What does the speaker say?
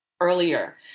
earlier